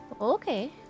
Okay